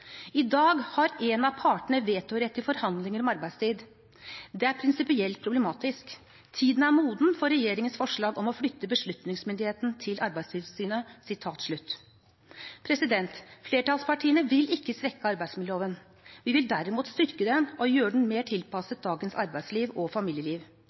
«I dag har en av partene vetorett i forhandlinger om arbeidstid. Det er prinsipielt problematisk. Tiden er moden for regjeringens forslag om å flytte beslutningsmyndigheten til arbeidstilsynet.» Flertallspartiene vil ikke svekke arbeidsmiljøloven. Vi vil derimot styrke den og gjøre den mer tilpasset dagens arbeidsliv og familieliv.